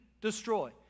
destroy